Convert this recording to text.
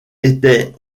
était